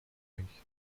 münchen